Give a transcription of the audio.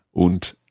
und